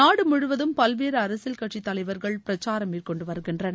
நாடு முழுவதும் பல்வேறு அரசியல் கட்சி தலைவர்கள் பிரக்சாரம் மேற்கொண்டு வருகின்றனர்